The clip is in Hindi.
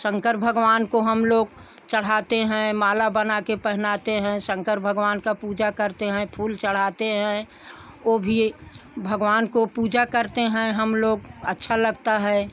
शंकर भगवान को हम लोग चढ़ाते हैं माला बनाकर पहनाते हैं शंकर भगवान का पूजा करते हैं फूल चढ़ाते हैं वह भी भगवान को पूजा करते हैं हम लोग अच्छा लगता है